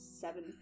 seven